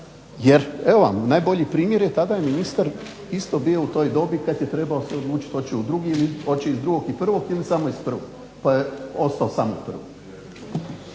Jer evo vam najbolji primjer je tada je ministar isto bio u toj dobi kad je trebao se odlučiti hoće u drugi ili hoće iz drugog i prvog ili samo iz prvog. Pa je ostao samo iz prvog.